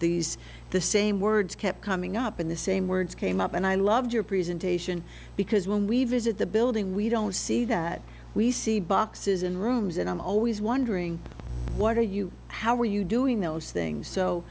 these the same words kept coming up in the same words came up and i loved your presentation because when we visit the building we don't see that we see boxes in rooms and i'm always wondering what are you how are you doing those things so